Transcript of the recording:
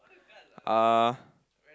uh